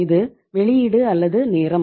இது வெளியீடு அல்லது நேரம்